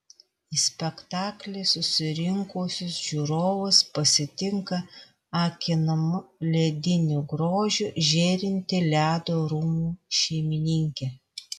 į spektaklį susirinkusius žiūrovus pasitinka akinamu lediniu grožiu žėrinti ledo rūmų šeimininkė